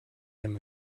him